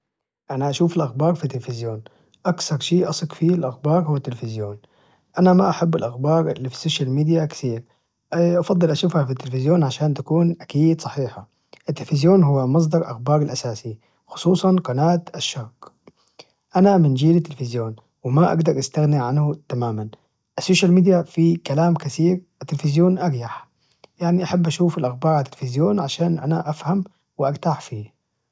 أنا أشوف الأخبار في التلفزيون، أكثر شيء أثق فيه الأخبار هو التلفزيون أنا ما أحب الأخبار اللي في السوشيال ميديا كثير، أفضل أشوفها في التلفزيون عشان تكون أكيد صحيحة التلفزيون هو مصدر أخبار الأساسي خصوصا قناة الشرق، أنا من جيل التلفزيون وما أجدر استغنى عنه تماماً، السوشيال ميديا فيه كلام كثير التلفزيون أريح، يعني أحب أشوف الأخبار على التلفزيون عشان أنا أفهم وأرتاح فيه.